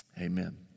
amen